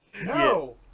No